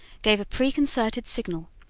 gave a preconcerted signal.